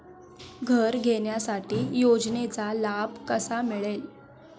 घर घेण्यासाठी योजनेचा लाभ कसा मिळेल?